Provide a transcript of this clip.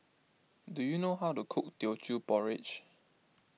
do you know how to cook Teochew Porridge